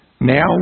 Now